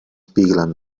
bigland